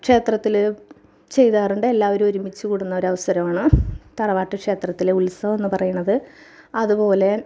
ക്ഷേത്രത്തിൽ ചെയ്യാറുണ്ട് എല്ലാവരും ഒരുമിച്ച് കൂടുന്ന ഒരു അവസരമാണ് തറവാട്ട് ക്ഷേത്രത്തിലെ ഉത്സവം എന്ന് പറയുന്നത് അതുപോലെ